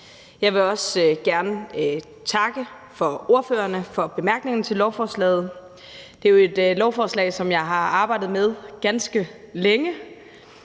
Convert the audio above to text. Jeg vil også gerne takke ordførerne for bemærkningerne til lovforslaget. Det er jo et lovforslag, som jeg har arbejdet med ganske længe